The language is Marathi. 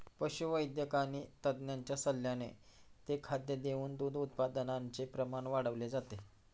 पशुवैद्यक आणि तज्ञांच्या सल्ल्याने ते खाद्य देऊन दूध उत्पादनाचे प्रमाण वाढवले जाते